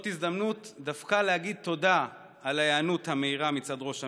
זאת הזדמנות דווקא להגיד תודה על ההיענות המהירה מצד ראש הממשלה.